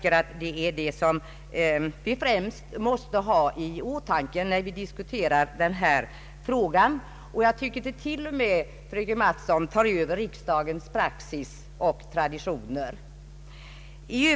Det är barnets intresse som vi främst måste ha i åtanke, när vi diskuterar denna fråga. Jag tycker till och med, fröken Mattson, att det tar över riksdagens praxis och traditioner.